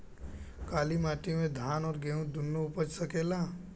काली माटी मे धान और गेंहू दुनो उपज सकेला?